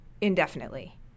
indefinitely